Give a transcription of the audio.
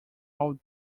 all